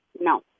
no